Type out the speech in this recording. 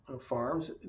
farms